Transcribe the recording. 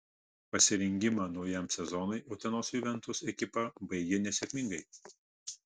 pasirengimą naujam sezonui utenos juventus ekipa baigė nesėkmingai